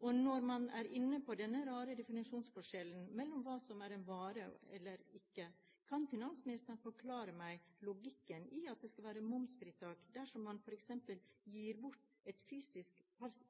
Når man er inne på denne rare definisjonsforskjellen mellom hva som er en vare eller ikke er det: Kan finansministeren forklare meg logikken i at det skal være momsfritak dersom man f.eks. gir bort et fysisk